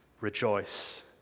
Rejoice